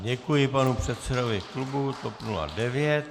Děkuji panu předsedovi klubu TOP 09.